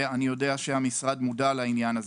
אני יודע שהמשרד מודע לזה.